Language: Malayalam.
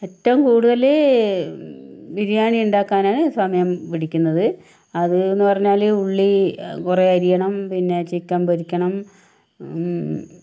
ഏറ്റവും കൂടുതല് ബിരിയാണി ഉണ്ടാക്കാനാണ് സമയം പിടിക്കുന്നത് അതെന്ന് പറഞ്ഞാല് ഉള്ളി കുറെ അരിയണം പിന്നെ ചിക്കന് പൊരിക്കണം